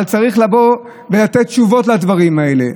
אבל צריך לבוא ולתת תשובות לדברים האלה,